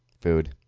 Food